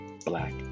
Black